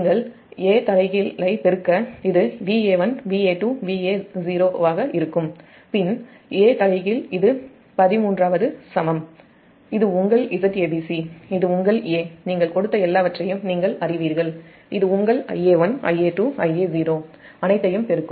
நீங்கள் A 1 ஐ பெருக்க அது Va1 Va2 Va0 வாக இருக்கும் பின் A 1 இது 13 ஆவது சமம் இது உங்கள் Zabc இது உங்கள் A நீங்கள் கொடுத்த எல்லா வற்றையும் நீங்கள் அறிவீர்கள் இது உங்கள் Ia1 Ia2 Ia0 அனைத்தையும் பெருக்கும்